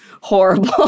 horrible